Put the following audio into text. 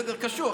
קשוח.